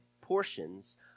portions